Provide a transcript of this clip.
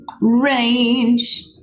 range